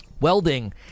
welding